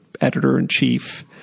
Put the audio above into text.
editor-in-chief